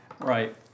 Right